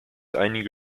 einige